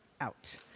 out